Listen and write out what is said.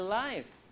life